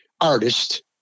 artist